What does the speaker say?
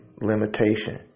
Limitation